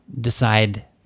decide